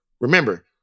remember